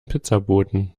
pizzaboten